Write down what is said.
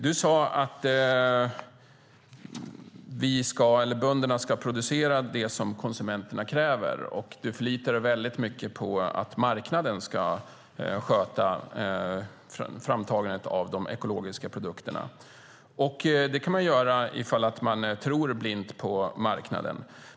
Du sade att bönderna ska producera det som konsumenterna kräver, och du förlitar dig väldigt mycket på att marknaden ska sköta framtagandet av de ekologiska produkterna. Det kan man göra om man tror blint på marknaden.